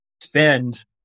Spend